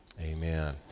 Amen